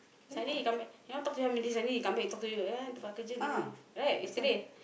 suddenly he come back he want talk to him already suddenly he come back talk to you ah tempat kerja right yesterday